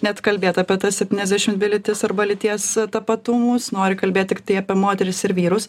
net kalbėt apie tas septyniasdešim dvi lytis arba lyties tapatumus nori kalbėt tiktai apie moteris ir vyrus